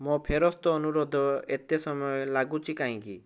ମୋ ଫେରସ୍ତ ଅନୁରୋଧ ଏତେ ସମୟ ଲାଗୁଛି କାହିଁକି